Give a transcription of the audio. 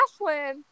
ashlyn